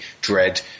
Dread